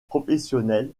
professionnelle